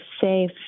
safe